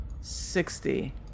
sixty